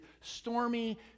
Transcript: stormy